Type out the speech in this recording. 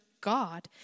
God